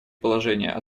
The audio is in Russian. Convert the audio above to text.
положения